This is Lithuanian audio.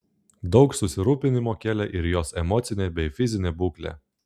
daug susirūpinimo kėlė ir jos emocinė bei fizinė būklė